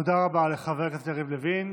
תודה רבה לחבר הכנסת לוין.